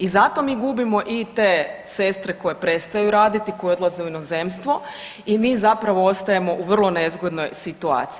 I zato mi gubimo i te sestre koje prestaju raditi, koje odlaze u inozemstvo i mi zapravo ostajemo u vrlo nezgodnoj situaciji.